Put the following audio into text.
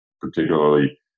particularly